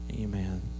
amen